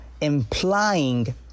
implying